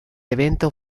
evento